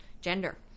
gender